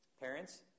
Parents